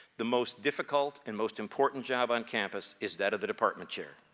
the most difficult and most important job on campus is that of the department chair.